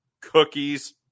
cookies